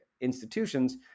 institutions